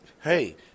hey